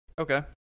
Okay